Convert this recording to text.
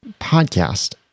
podcast